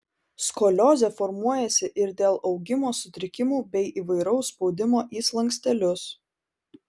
skoliozė formuojasi ir dėl augimo sutrikimų bei įvairaus spaudimo į slankstelius